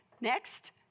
next